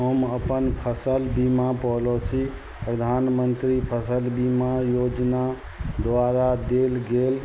हम अपन फसल बीमा पॉलिसी प्रधानमन्त्री फसल बीमा योजना द्वारा देल गेल